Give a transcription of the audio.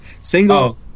Single